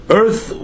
earth